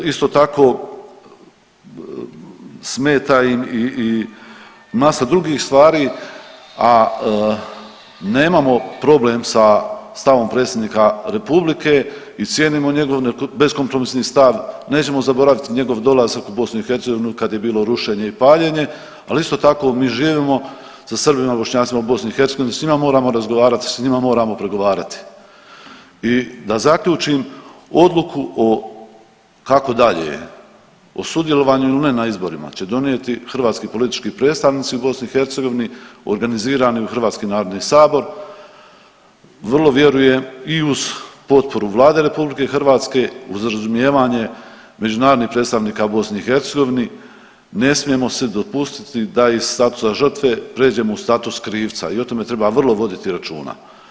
Isto tako, smeta im i masa drugih stvari, a nemamo problem sa stavom predsjednika republike i cijenimo njegov beskompromisni stav, nećemo zaboraviti njegov dolazak u BiH kad je bilo rušenje i paljenje, ali isto tako mi živimo sa Srbima, Bošnjacima u BiH, s njima moramo razgovarati, s njima moramo pregovarati i da zaključim, odluku o kako dalje o sudjelovanju ili ne na izborima će donijeti hrvatski politički predstavnici u BiH, organizirali u hrvatski narodni Sabor, vrlo vjerujem i uz potporu Vlade RH uz razumijevanje međunarodnih predstavnika u BiH, ne smijemo se dopustiti da iz statusa žrtve pređemo u status krivca i o tome treba vrlo voditi računa.